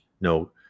No